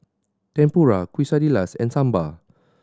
Tempura Quesadillas and Sambar